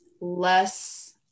less